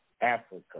Africa